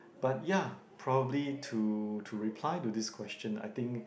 but ya probably to to reply to this question I think